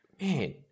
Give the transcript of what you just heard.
Man